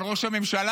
אבל ראש הממשלה